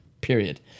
Period